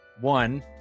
one